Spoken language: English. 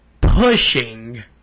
pushing